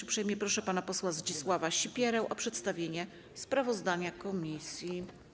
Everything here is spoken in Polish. Uprzejmie proszę pana posła Zdzisława Sipierę o przedstawienie sprawozdania komisji.